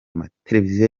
mateleviziyo